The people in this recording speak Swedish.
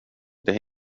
det